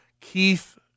Keith